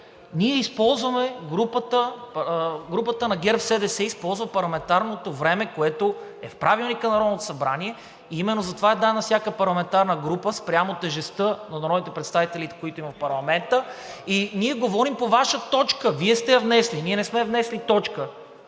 Ние използваме, групата на ГЕРБ-СДС използва парламентарното време, което е в Правилника на Народното събрание и именно затова е дадено на всяка парламентарна група спрямо тежестта на народните представители, които има в парламента. И ние говорим по Ваша точка, Вие сте я внесли. Ние не сме я внесли точката!